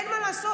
אין מה לעשות,